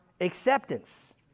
acceptance